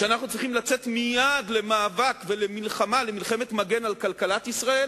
כשאנחנו צריכים לצאת מייד למאבק ולמלחמת מגן על כלכלת ישראל,